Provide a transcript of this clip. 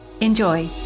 Enjoy